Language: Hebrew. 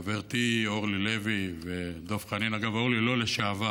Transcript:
חברתי אורלי לוי, ודב חנין, אגב, אורלי, לא לשעבר,